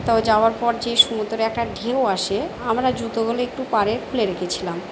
তো যাওয়ার পর যে সমুদ্রে একটা ঢেউ আসে আমরা জুতোগুলো একটু পাড়ে খুলে রেখেছিলাম